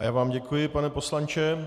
Já vám děkuji, pane poslanče.